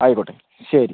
ആയിക്കോട്ടെ ശരി